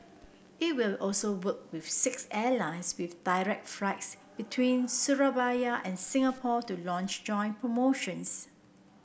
it will also work with six airlines with direct flights between Surabaya and Singapore to launch joint promotions